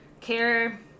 care